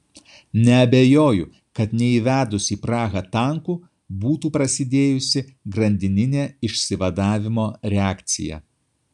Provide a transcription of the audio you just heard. neabejoju kad neįvedus į prahą tankų būtų prasidėjusi grandininė išsivadavimo reakcija